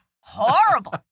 Horrible